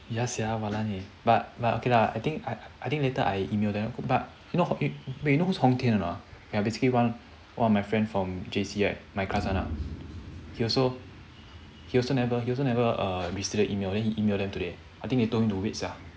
ya sia walan eh but but okay lah I think I I think later I email them but you know you but you know who's hong kian or not ah ya basically one one of my friend from J_C right my class one ah he also he also never he also never err receive the email then he email them today I think they told him to wait sia